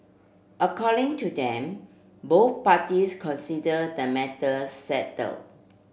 according to them both parties consider the matter settled